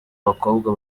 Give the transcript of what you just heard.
abakobwa